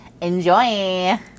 Enjoy